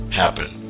happen